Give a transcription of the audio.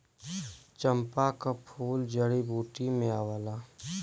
चंपा क फूल जड़ी बूटी में आवला